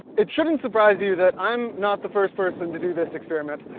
it shouldn't surprise you that i'm not the first person to do this experiment.